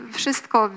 wszystko